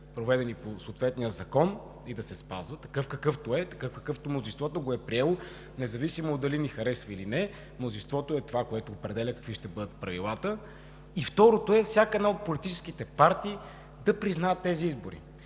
проведени по съответния закон и да се спазва такъв, какъвто е, такъв, какъвто мнозинството го е приело независимо дали ми харесва, или не, мнозинството е това, което определя какви ще бъдат правилата. Второ, всяка една от политическите партии да признаят тези избори.